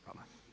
Hvala.